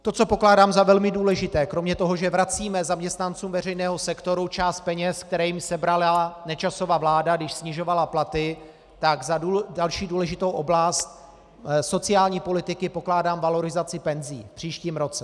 To, co pokládám za velmi důležité kromě toho, že vracíme zaměstnancům veřejného sektoru část peněz, které jim sebrala Nečasova vláda, když snižovala platy, tak za další důležitou oblast sociální politiky pokládám valorizaci penzí v příštím roce.